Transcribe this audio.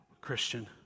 Christian